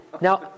Now